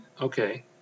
Okay